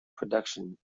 production